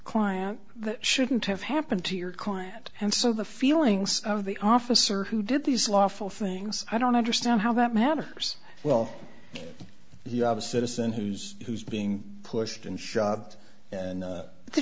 client that shouldn't have happened to your client and so the feelings of the officer who did these lawful things i don't understand how that matters well you have a citizen who's who's being pushed and shot and